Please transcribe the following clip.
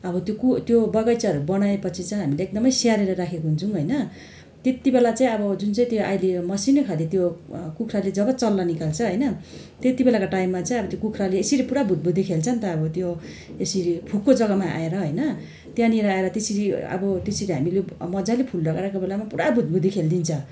अब त्यो कु त्यो बगैँचाहरू बनाए पछि चाहिँ हामीले एकदमै स्याहारेर राखेको हुन्छौँ होइन त्यति बेला चाहिँ अब जुन चाहिँ अहिले मसिनो खाले त्यो कुखुराले जब चल्ला निकाल्छ होइन त्यति बेलाको टाइममा चाहिँ अब त्यो कुखुराले यसरी पूरा भुतभुते खेल्छ नि त अब त्यो यसरी फुको जग्गामा आएर होइन त्यहाँनिर आएर त्यसरी अब त्यसरी हामीले मजाले फुल लगाइरहेको बेलामा पूरा भुतभुते खेलिदिन्छ